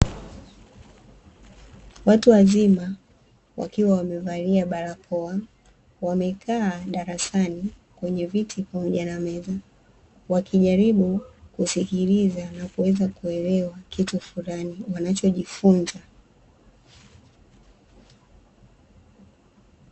Watu wazima wakiwa wamevalia barakoa wamekaa darasani kwenye viti pamoja na meza wakijaribu kusikiliza na kuweza kuelewa kitu fulani wanachojifunza.